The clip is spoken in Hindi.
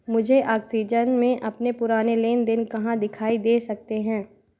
मुझे ऑक्सीजन में अपने पुराने लेन देन कहाँ दिखाई दे सकते हैं